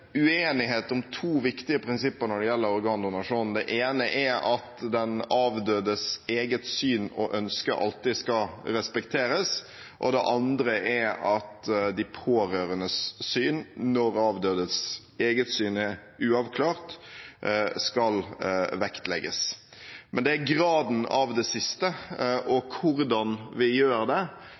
uenighet om to viktige prinsipper når det gjelder organdonasjon. Det ene er at den avdødes eget syn og ønske alltid skal respekteres, og det andre er at de pårørendes syn, når avdødes eget syn er uavklart, skal vektlegges. Det er graden av det siste og hvordan vi gjør det